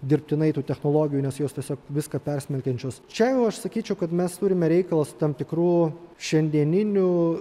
dirbtinai tų technologijų nes jos tiesiog viską persmelkiančios čia jau aš sakyčiau kad mes turime reikalą su tam tikru šiandieniniu